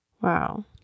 Wow